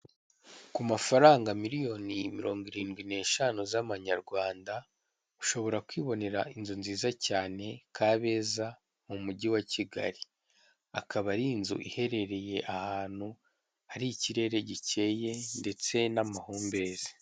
Ku mafaranga miliyoni mirongo irindwi n'eshanu z'amanyarwanda ushobora kwibonera inzu nziza cyane Kabeza mu mujyi wa Kigali. Akaba ari inzu iherereye ahantu hari ikirere gikeye ndetse n'amahumbezi.